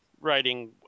writing